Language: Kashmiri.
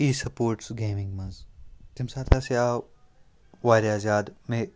ای سَپوٹٕس گیمِنٛگ منٛز تَمہِ ساتہٕ ہاسے آو واریاہ زیادٕ مےٚ